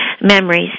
memories